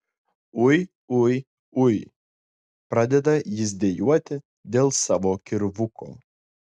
ui ui ui pradeda jis dejuoti dėl savo kirvuko